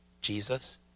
Jesus